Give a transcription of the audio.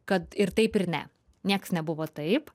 kad ir taip ir ne niekas nebuvo taip